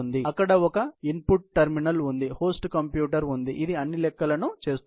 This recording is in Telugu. కాబట్టి అక్కడ ఒక ఇన్పుట్ టెర్మినల్ ఉంది హోస్ట్ కంప్యూటర్ ఉంది ఇది అన్ని లెక్కలను చేస్తుంది